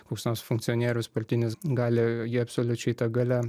koks nors funkcionierius partinis gali jį absoliučiai ta galia